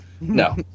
No